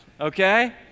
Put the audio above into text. okay